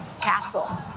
castle